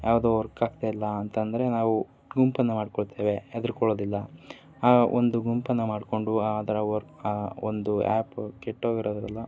ಯಾವುದು ವರ್ಕ್ ಆಗ್ತಾಯಿಲ್ಲ ಅಂತಂದರೆ ನಾವು ಗುಂಪನ್ನು ಮಾಡ್ಕೊಳ್ತೇವೆ ಹೆದರಿಕೊಳ್ಳೋದಿಲ್ಲ ಆ ಒಂದು ಗುಂಪನ್ನು ಮಾಡಿಕೊಂಡು ಆ ಥರ ವರ್ಕ್ ಆ ಒಂದು ಆ್ಯಪ್ ಕೆಟ್ಟೋಗಿರೋದಿಲ್ಲ